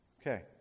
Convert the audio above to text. Okay